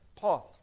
path